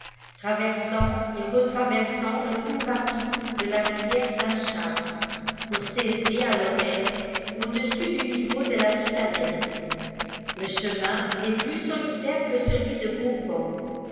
traversant et retraversant le cours rapide de la rivière saint charles pour s'élever à lorette au-dessus du niveau de la citadelle le chemin est plus solitaire que celui de beauport